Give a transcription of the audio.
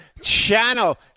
Channel